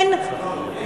אין,